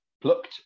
plucked